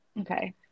okay